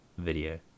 video